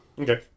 Okay